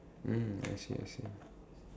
mm I see I see